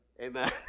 Amen